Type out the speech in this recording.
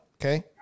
okay